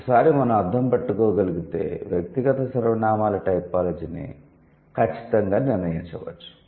ఒకసారి మనం అర్ధం పట్టుకోగలిగితే వ్యక్తిగత సర్వనామాల టైపోలాజీని ఖచ్చితంగా నిర్ణయించవచ్చు